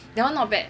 that one not bad